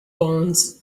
bonds